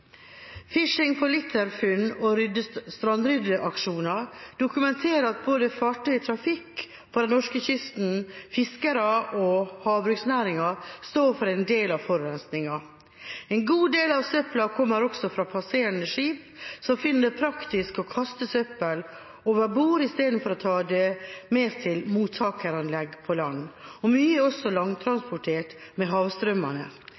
for Litter»-funn og strandryddingsaksjoner dokumenterer at både fartøy i trafikk på den norske kysten, fiskere og havbruksnæringen står for en del av forurensningen. En god del av søpla kommer også fra passerende skip som finner det praktisk å kaste søppel over bord, i stedet for å ta det med til mottaksanlegg på land, og mye er også langtransportert med havstrømmene.